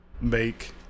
make